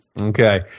Okay